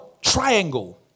triangle